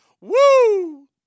Woo